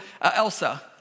Elsa